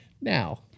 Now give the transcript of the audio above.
Now